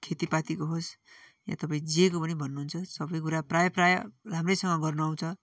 खेतापातीको होस् या तपाईँ जेको पनि भन्नुहुन्छ सबै कुरा प्रायः प्रायः राम्रैसँग गर्न आउँछ